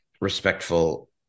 respectful